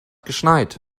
geschneit